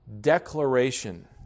declaration